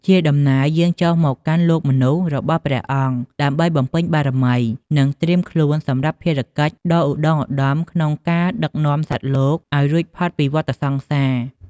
ជាដំណើរយាងចុះមកកាន់លោកមនុស្សរបស់ព្រះអង្គ ដើម្បីបំពេញបារមី និងត្រៀមខ្លួនសម្រាប់ភារកិច្ចដ៏ឧត្ដុង្គឧត្ដមក្នុងការដឹកនាំសត្វលោកឱ្យរួចផុតពីវដ្តសង្សារ។